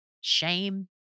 shame